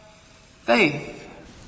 faith